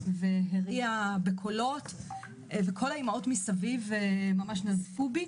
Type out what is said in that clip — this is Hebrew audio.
והריעה בקולות וכל האימהות מסביב ממש נזפו בי